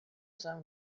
seu